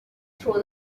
through